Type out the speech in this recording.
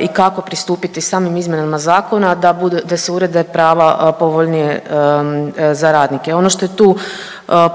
i kako pristupiti samim izmjenama zakona, da bude, da se urede prava povoljnije za radnike. Ono što je tu,